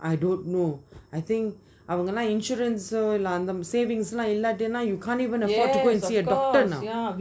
I don't know I think our life insurance இல்ல அந்த:illa antha savings lah இல்லனா:illana then you can't even afford to go and see a doctor now